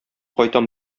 кайтам